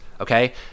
Okay